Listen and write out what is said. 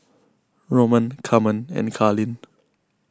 Roland Carmen and Carlyn